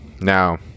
Now